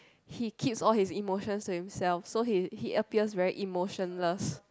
he keeps all his emotions to himself so he he appears very emotionless